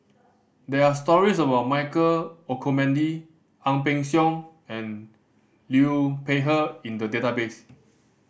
there are stories about Michael Olcomendy Ang Peng Siong and Liu Peihe in the database